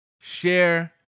share